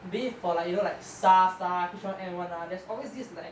bef~ for like you know like SARS lah H one N one there's always this like